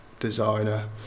designer